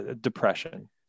depression